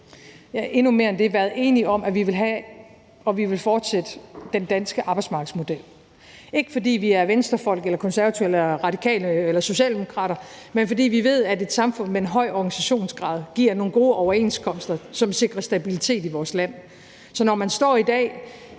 endnu mere end det, været enige om, at vi ville fortsætte den danske arbejdsmarkedsmodel. Det er ikke, fordi vi er Venstrefolk eller Konservative eller Radikale eller Socialdemokrater, men fordi vi ved, at et samfund med en høj organisationsgrad giver nogle gode overenskomster, så vi sikrer stabilitet i vores land. Så når man står i dag